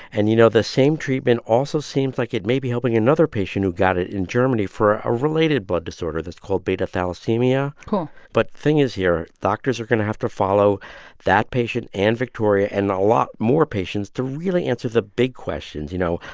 and, you know, the same treatment also seems like it may be helping another patient who got it in germany for a related blood disorder that's called beta thalassemia cool but thing is here, doctors are going to have to follow that patient and victoria and a lot more patients to really answer the big questions. you know,